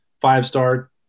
five-star